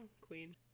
queen